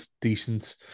decent